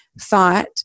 thought